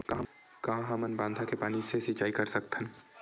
का हमन बांधा के पानी ले सिंचाई कर सकथन?